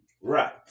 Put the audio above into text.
Right